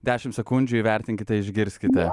dešimt sekundžių įvertinkite išgirskite